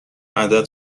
عدد